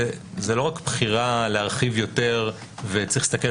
שזה לא רק בחירה להרחיב יותר וצריך להסתכל